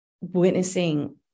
witnessing